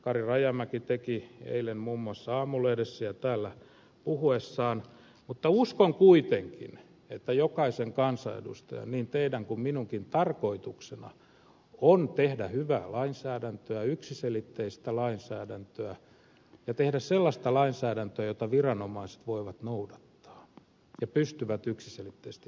kari rajamäki teki eilen muun muassa aamulehdessä ja täällä puhuessaan mutta uskon kuitenkin että jokaisen kansanedustajan niin teidän kuin minunkin tarkoituksena on tehdä hyvää lainsäädäntöä yksiselitteistä lainsäädäntöä ja tehdä sellaista lainsäädäntöä jota viranomaiset voivat noudattaa ja pystyvät yksiselitteisesti noudattamaan